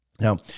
Now